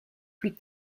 plus